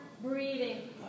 breathing